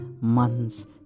months